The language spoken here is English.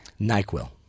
Nyquil